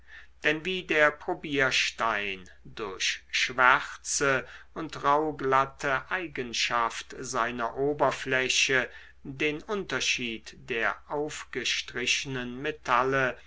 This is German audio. denn wie der probierstein durch schwärze und rauhglatte eigenschaft seiner oberfläche den unterschied der aufgestrichenen metalle